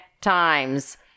times